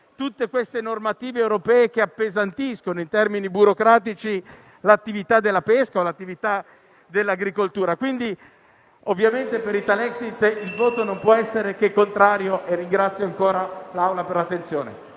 tutte queste normative europee che appesantiscono in termini burocratici l'attività della pesca o l'attività dell'agricoltura. Ovviamente per Italexit il voto non può che essere contrario e ringrazio ancora l'Assemblea per l'attenzione.